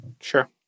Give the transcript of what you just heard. sure